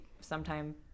sometime